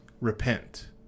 repent